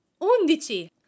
Undici